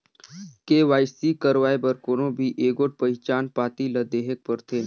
KYC करवाए बर कोनो भी एगोट पहिचान पाती ल देहेक परथे